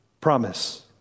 promise